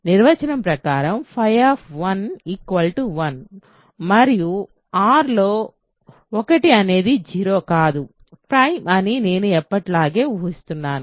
నిర్వచనం ప్రకారం 1మరియు R లో 1 అనేది 0 కాదు ప్రైమ్ అని నేను ఎప్పటిలాగే ఊహిస్తున్నాను